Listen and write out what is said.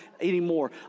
anymore